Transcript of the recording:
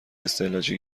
استعلاجی